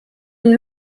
une